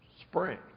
spring